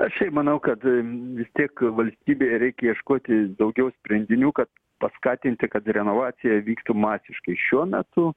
aš tai manau kad vis tiek valstybei reikia ieškoti daugiau sprendinių kad paskatinti kad renovacija vyktų masiškai šiuo metu